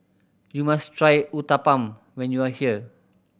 you must try Uthapam when you are here